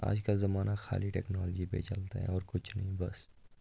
آج کَل زمانہ خالی ٹیکنالجی پے چلتا ہے اور کُچھ نہیٖں بَس